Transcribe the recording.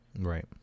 Right